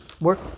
work